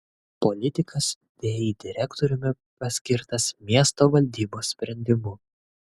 politikas vį direktoriumi paskirtas miesto valdybos sprendimu